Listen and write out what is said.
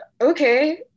okay